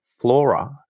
flora